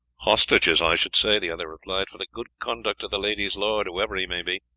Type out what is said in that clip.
hostages, i should say, the other replied, for the good conduct of the lady's lord, whoever he may be.